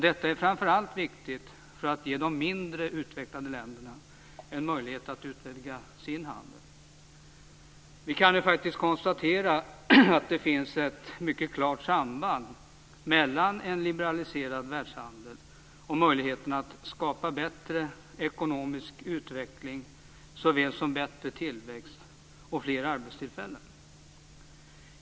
Detta är framför allt viktigt för att ge de mindre utvecklade länderna en möjlighet att utvidga sin handel. Vi kan ju faktiskt konstatera att det finns ett mycket klart samband mellan en liberaliserad världshandel och möjligheterna att skapa bättre ekonomisk utveckling såväl som bättre tillväxt och fler arbetstillfällen.